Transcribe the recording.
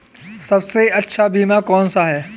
सबसे अच्छा बीमा कौनसा है?